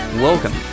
welcome